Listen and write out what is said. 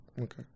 Okay